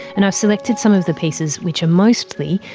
and i've selected some of the pieces which are mostly,